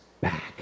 back